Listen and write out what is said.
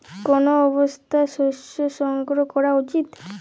কোন অবস্থায় শস্য সংগ্রহ করা উচিৎ?